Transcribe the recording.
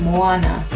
Moana